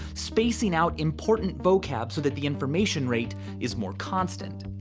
spacing out important vocab so that the information rate is more constant.